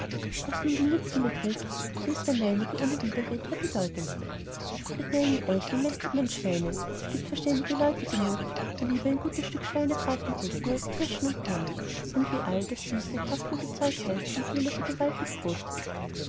was nun den nutzen betrifft so ist der meinige ohne widerrede der bedeutendste mit meinen eicheln mästet man schweine und es gibt verständige leute genug die lieber ein gutes stück schweinebraten essen als kirschen und birnen und wie all das süße kraftlose zeug heißt mit dem ihr so gewaltig groß tut